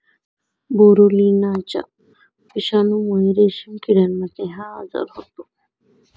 बोरोलिनाच्या विषाणूमुळे रेशीम किड्यांमध्ये हा आजार होतो